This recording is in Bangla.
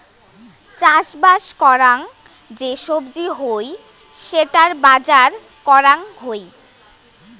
চাষবাস করাং যে সবজি হই সেটার বাজার করাং হই